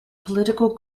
political